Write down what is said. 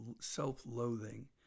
self-loathing